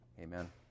Amen